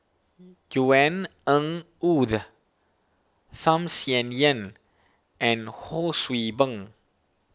Yvonne Ng Uhde Tham Sien Yen and Ho See Beng